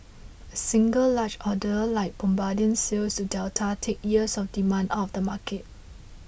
a single large order like Bombardier's sales to Delta takes years of demand out of the market